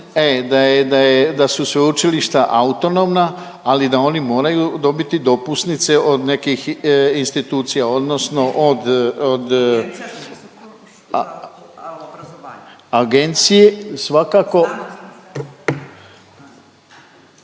da su sveučilišta autonomna ali da oni moraju dobiti dopusnice od nekih institucija odnosno od, od agencije svakako.